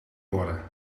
hoorde